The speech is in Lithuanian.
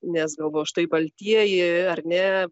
nes galvoju štai baltieji ar ne